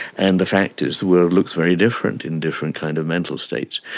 and the fact is the world looks very different in different kinds of mental states.